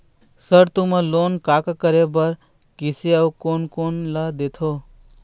Sir तुमन loan का का करें बर, किसे अउ कोन कोन ला देथों?